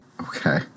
Okay